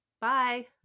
Bye